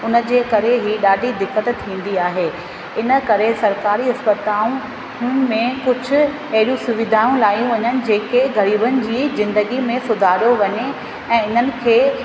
उनजे करे ई ॾाढी दिक़त थींदी आहे इन करे सरकारी अस्पताऊं हूं में कुछ एड़ियूं सुविधाऊं लायूं वञनि जेके ग़रीबनि जी ज़िंदगी में सुधारो वञे ऐं इन्हनि खे